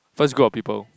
first group of people